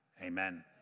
Amen